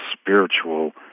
spiritual